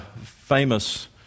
famous